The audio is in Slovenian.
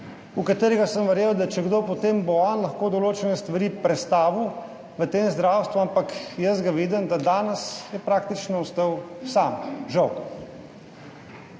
vanj sem verjel, da če kdo, potem bo on lahko določene stvari prestavil v tem zdravstvu, ampak jaz ga vidim, da je danes praktično ostal sam. Žal.